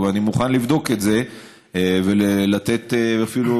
אבל אני מוכן לבדוק את זה ולתת אפילו,